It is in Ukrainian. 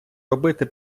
робити